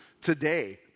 today